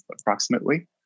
approximately